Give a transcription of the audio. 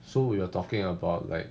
so we are talking about like